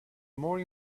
more